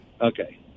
Okay